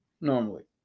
normally